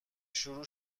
شروع